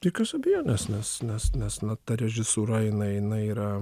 be jokios abejonės nes nes nes na ta režisūra jinai jinai yra